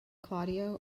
claudio